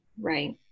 Right